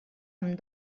amb